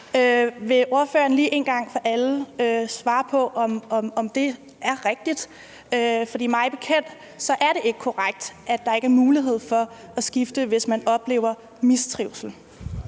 Vil ordføreren lige en gang for alle svare på, om det er rigtigt? For mig bekendt er det ikke korrekt, at der ikke er mulighed for at skifte, hvis man oplever mistrivsel.